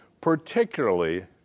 particularly